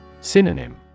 Synonym